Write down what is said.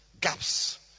gaps